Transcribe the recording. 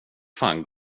fan